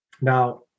now